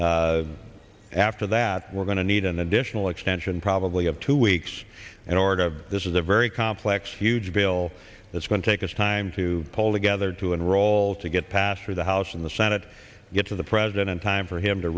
that after that we're going to need an additional extension probably of two weeks in order of this is a very complex huge bill that's going to take us time to pull together to enroll to get passed through the house and the senate get to the president in time for him to